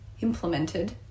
implemented